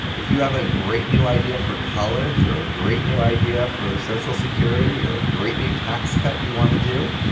if you have a great new idea for college or a great new idea for social security or a great new tax cut you want to do,